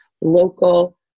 local